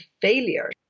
failure